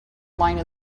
line